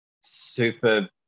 super